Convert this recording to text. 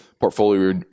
portfolio